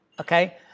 Okay